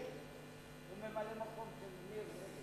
הוא ממלא-מקום של מירי.